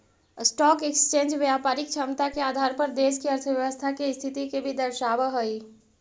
stock exchange व्यापारिक क्षमता के आधार पर देश के अर्थव्यवस्था के स्थिति के भी दर्शावऽ हई